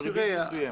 עם ריבית מסוימת?